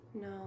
No